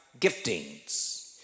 giftings